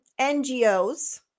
NGOs